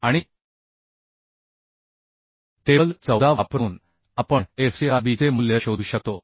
आणि टेबल 14 वापरून आपण fcrb चे मूल्य शोधू शकतो